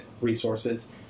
resources